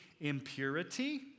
impurity